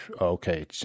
okay